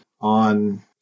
on